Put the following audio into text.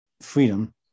freedom